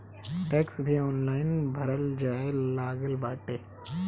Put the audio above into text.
tax भी online भरल जाए लागल बाटे